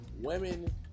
Women